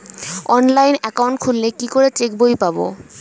Online account খুললে কি করে চেক বই পাব?